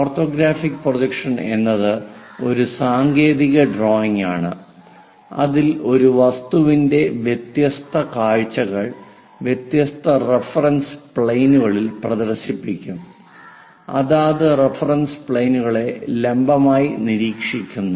orthographic projection എന്നത് ഒരു സാങ്കേതിക ഡ്രോയിംഗ് ആണ് അതിൽ ഒരു വസ്തുവിന്റെ വ്യത്യസ്ത കാഴ്ചകൾ വ്യത്യസ്ത റഫറൻസ് പ്ലെയിനുകളിൽ പ്രദർശിപ്പിക്കും അതത് റഫറൻസ് പ്ലെയിനുകളെ ലംബമായി നിരീക്ഷിക്കുന്നു